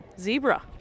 zebra